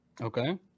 Okay